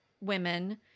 women